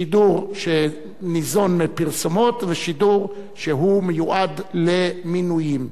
שידור שניזון מפרסומות ושידור שמיועד למנויים.